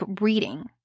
reading